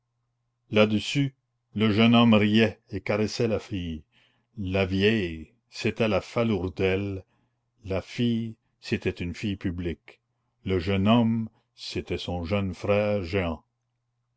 là-dessus le jeune homme riait et caressait la fille la vieille c'était la falourdel la fille c'était une fille publique le jeune homme c'était son jeune frère